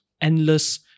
endless